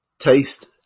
Taste